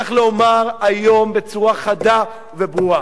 צריך לומר היום בצורה חדה וברורה: